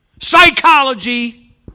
psychology